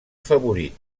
favorit